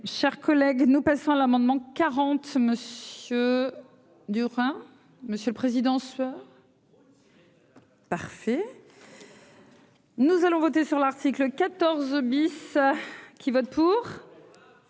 cher collègue, nous passons l'amendement quarante. Du hein monsieur le Président, sueur parfait. Nous allons voter sur l'article 14 bis qui vote pour,